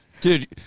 Dude